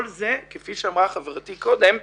כל זה, כפי שאמרה חברתי קודם,